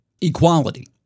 Equality